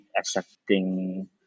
accepting